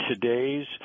today's